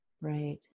Right